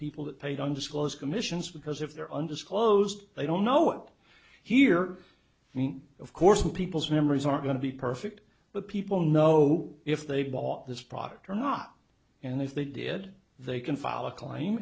people that paid undisclosed commissions because if there undisclosed they don't know what here means of course people's memories are going to be perfect but people know if they bought this product or not and if they did they can file a claim